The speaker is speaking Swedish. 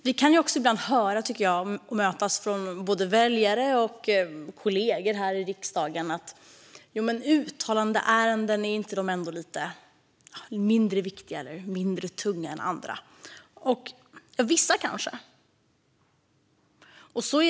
Vi kan från både väljare och kollegor här i riksdagen få höra: Men är ändå inte uttalandeärendena lite mindre viktiga, mindre tunga än andra? Ja, vissa är det kanske.